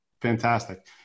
Fantastic